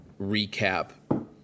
recap